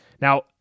Now